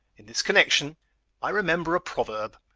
in this connection i remember a proverb,